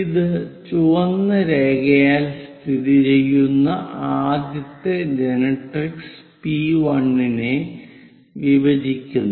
ഇത് ചുവന്ന രേഖയാൽ സ്ഥിതിചെയ്യുന്ന ആദ്യത്തെ ജനറട്രിക്സിലേക്ക് പി1 നെ വിഭജിക്കുന്നു